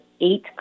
eight